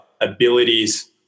abilities